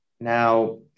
Now